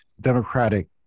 Democratic